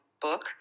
book